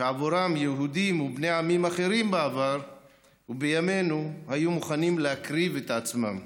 שעבורם יהודים ובני עמים אחרים בעבר ובימינו היו מוכנים להקריב את עצמם.